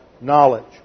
knowledge